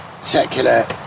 secular